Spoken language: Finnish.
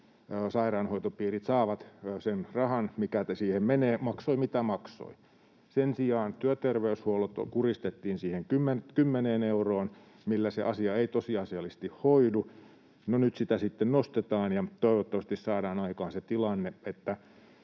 sairaanhoitopiirit — sen rahan, mikä siihen menee, maksoi mitä maksoi. Sen sijaan työterveyshuolto kuristettiin siihen 10 euroon, millä se asia ei tosiasiallisesti hoidu. No, nyt sitä sitten nostetaan ja toivottavasti saadaan aikaan se tilanne,